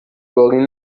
باقی